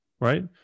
right